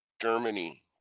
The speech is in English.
Germany